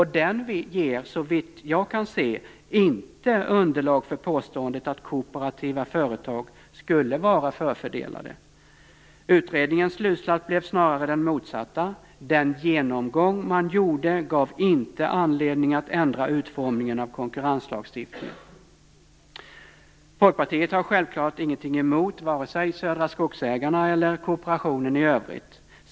Den ger, såvitt jag kan se, inte underlag för påståendet att kooperativa företag skulle vara förfördelade. Utredningens slutsats blev snarare den motsatta - den genomgång man gjorde gav inte anledning att ändra utformningen av konkurrenslagstiftningen. Folkpartiet har självklart ingenting emot vare sig Södra Skogsägarna eller kooperationen i övrigt.